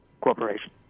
corporation